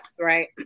right